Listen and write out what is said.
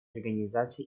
организации